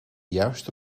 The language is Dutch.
juiste